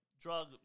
drug